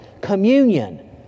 communion